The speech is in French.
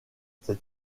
cette